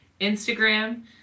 Instagram